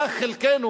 מה חלקנו,